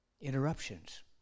Interruptions